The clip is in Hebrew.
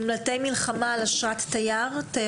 נמלטי מלחמה על אשרת תיירות?